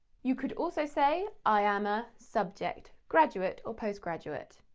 you could also say, i am a subject graduate or postgraduate.